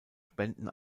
spenden